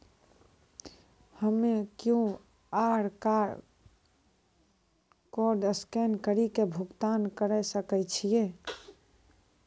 हम्मय QR code scan कड़ी के भुगतान करें सकय छियै?